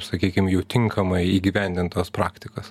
sakykim jau tinkamai įgyvendintos praktikos